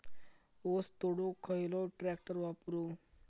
ऊस तोडुक खयलो ट्रॅक्टर वापरू?